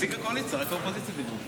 חבר הכנסת אופיר